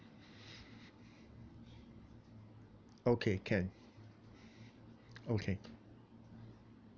okay can okay